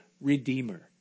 redeemer